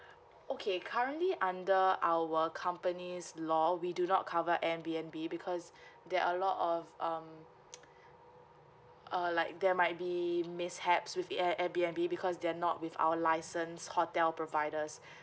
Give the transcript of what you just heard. okay currently under our company's law we do not cover airbnb because there a lot of um uh like there might be mishaps with air airbnb because they're not with our license hotel providers